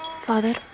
Father